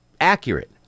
accurate